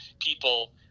people